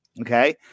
Okay